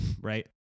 right